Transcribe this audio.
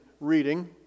reading